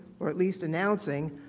or at least announcing,